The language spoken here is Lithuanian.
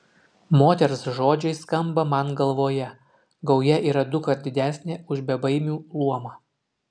moters žodžiai skamba man galvoje gauja yra dukart didesnė už bebaimių luomą